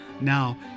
Now